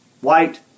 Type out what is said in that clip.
White